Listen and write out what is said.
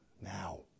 now